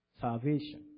salvation